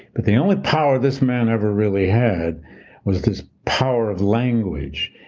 but the only power this man ever really had was this power of language.